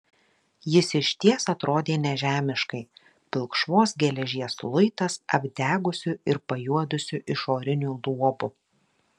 jis išties atrodė nežemiškai pilkšvos geležies luitas apdegusiu ir pajuodusiu išoriniu luobu